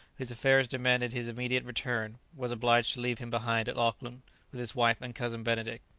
whose affairs demanded his immediate return, was obliged to leave him behind at auckland with his wife and cousin benedict.